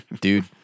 Dude